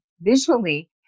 visually